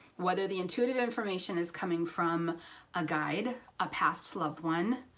whether the intuitive information is coming from a guide a passed loved one,